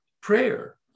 prayer